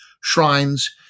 shrines